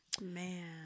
Man